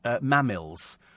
mammals